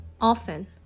Often